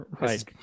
Right